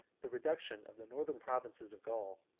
the reduction of the northern provinces of gaul,